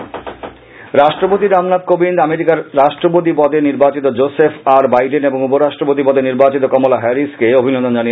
শুভেচ্ছা বাইডেন রাষ্ট্রপতি রামনাথ কোবিন্দ আমেরিকার রাষ্ট্রপতি পদে নির্বাচিত জোসেফ আর বাইডেন এবং উপ রাষ্ট্রপতি পদে নির্বাচিত কমলা হ্যারিসকে অভিনন্দন জানিয়েছেন